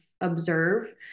observe